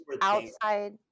outside